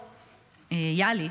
יהלי,